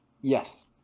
Yes